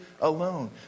alone